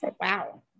Wow